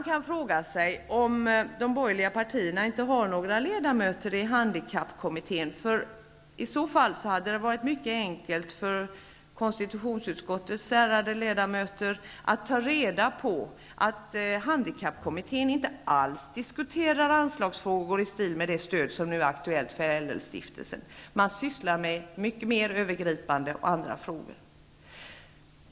Jag frågar mig om de borgerliga partierna har några ledamöter i handikappkommittén -- i så fall hade det varit mycket enkelt för konstitutionsutskottets ärade ledamöter att ta reda på att handikappkommittén inte alls diskuterar anslagsfrågor i stil med det stöd som nu är aktuellt för LL-stiftelsen. Den sysslar med mycket mer övergripande frågor.